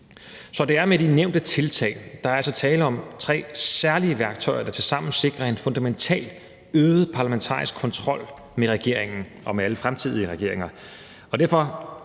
Så det er med de nævnte tiltag, der er altså tale om tre særlige værktøjer, der tilsammen sikrer en fundamental, øget parlamentarisk kontrol med regeringen og med alle fremtidige regeringer, og derfor